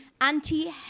anti